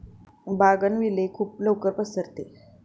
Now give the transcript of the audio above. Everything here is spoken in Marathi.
बोगनविले खूप लवकर पसरते